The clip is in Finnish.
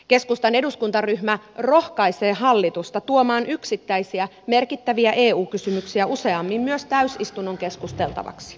keskustan eduskuntaryhmä rohkaisee hallitusta tuomaan yksittäisiä merkittäviä eu kysymyksiä useammin myös täysistunnon keskusteltavaksi